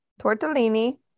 tortellini